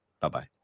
bye-bye